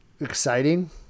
exciting